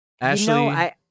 ashley